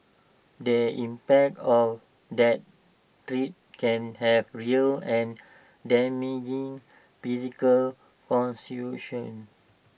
the impact of that threat can have real and damaging physical